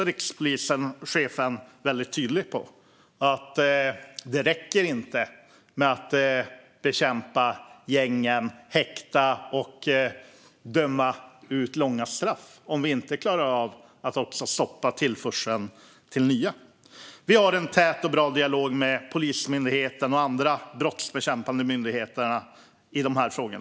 Rikspolischefen är också väldigt tydlig med att det inte räcker med att bekämpa gängen, häkta och döma ut långa straff om vi inte klarar av att också stoppa tillförseln av ny brottslighet. Vi har en tät och bra dialog med Polismyndigheten och andra brottsbekämpande myndigheter i dessa frågor.